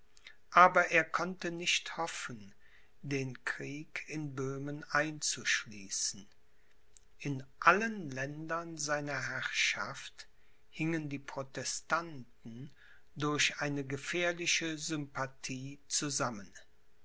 aber er konnte nicht hoffen den krieg in böhmen einzuschließen in allen ländern seiner herrschaft hingen die protestanten durch eine gefährliche sympathie zusammen